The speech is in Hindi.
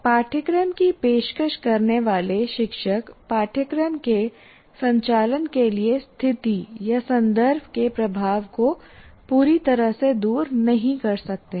पाठ्यक्रम की पेशकश करने वाले शिक्षक पाठ्यक्रम के संचालन के लिए स्थिति या संदर्भ के प्रभाव को पूरी तरह से दूर नहीं कर सकते हैं